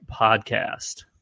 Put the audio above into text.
podcast